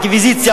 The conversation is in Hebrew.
אינקוויזיציה,